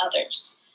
others